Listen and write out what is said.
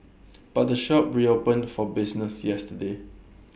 but the shop reopened for business yesterday